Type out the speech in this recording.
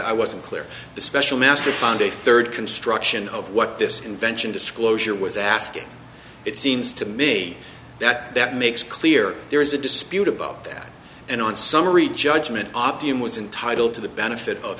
wasn't clear the special master sunday third construction of what this convention disclosure was asking it seems to me that that makes clear there is a dispute about that and on summary judgment obviously was entitle to the benefit of